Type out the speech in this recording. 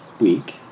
week